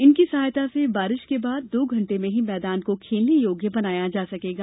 इनकी सहायता से बारिश के बाद दो घंटे में ही मैदान को खेलने योग्य बनाया जा सकेगा